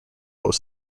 both